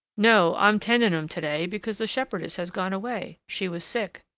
no. i'm tending em to-day because the shepherdess has gone away she was sick.